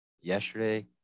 Yesterday